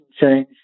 change